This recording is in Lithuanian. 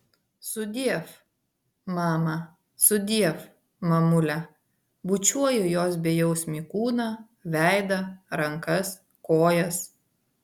sudiev mama sudiev mamule bučiuoju jos bejausmį kūną veidą rankas kojas